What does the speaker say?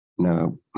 No